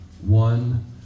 One